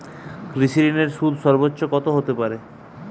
কৃষিঋণের সুদ সর্বোচ্চ কত হতে পারে?